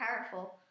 powerful